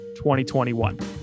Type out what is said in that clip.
2021